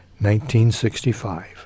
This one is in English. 1965